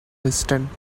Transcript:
distant